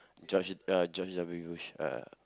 George uh George-W-Bush uh